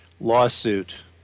lawsuit